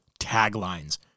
taglines